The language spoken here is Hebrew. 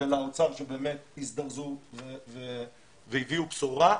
ולאוצר שבאמת הזדרזו והביאו בשורה,